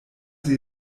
sie